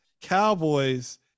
Cowboys